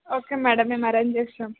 okay madam మేము arrange చేస్తాం